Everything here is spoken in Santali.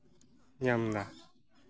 ᱧᱟᱢᱫᱟ